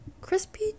Crispy